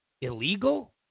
illegal